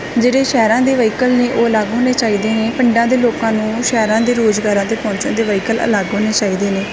ਜਿਹੜੇ ਸ਼ਹਿਰਾਂ ਦੇ ਵਹੀਕਲ ਨੇ ਉਹ ਅਲੱਗ ਹੋਣੇ ਚਾਹੀਦੇ ਨੇ ਪਿੰਡਾਂ ਦੇ ਲੋਕਾਂ ਨੂੰ ਸ਼ਹਿਰਾਂ ਦੇ ਰੋਜ਼ਗਾਰਾਂ 'ਤੇ ਪਹੁੰਚਣ ਦੇ ਵਹੀਕਲ ਅਲੱਗ ਹੋਣੇ ਚਾਹੀਦੇ ਨੇ